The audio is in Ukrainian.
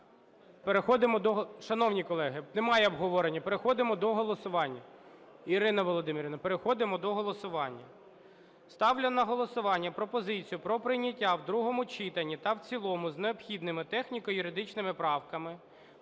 переходимо до голосування.